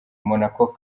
monaco